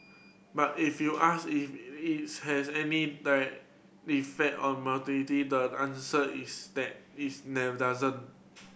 but if you ask if its has any die effect on the answer is that is never doesn't